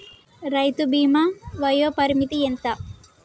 రైతు బీమా వయోపరిమితి ఎంత?